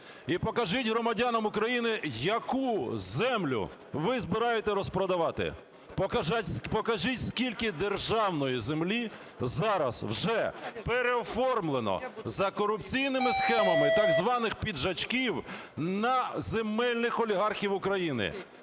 і покажіть громадянам України, яку землю ви збираєтесь розпродавати. Покажіть, скільки державної землі зараз вже переоформлено за корупційними схемами так званих "піджачків" на земельних олігархів України.